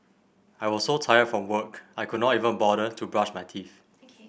I was so tired from work I could not even bother to brush my teeth